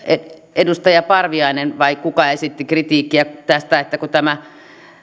edustaja parviainen vai kuka esitti kritiikkiä tästä että tämä